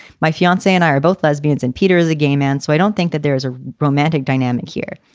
my fiancee and i are both lesbians and peter is a gay man, so i don't think that there is a romantic dynamic here.